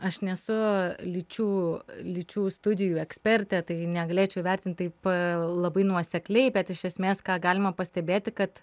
aš nesu lyčių lyčių studijų ekspertė tai negalėčiau įvertinti taip labai nuosekliai bet iš esmės ką galima pastebėti kad